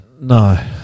No